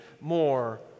more